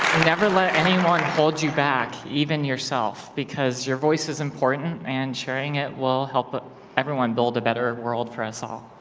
never let anyone hold you back even yourself, because your voice is important and sharing it will help everyone build a better world for us all.